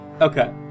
Okay